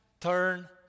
turn